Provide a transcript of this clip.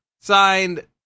signed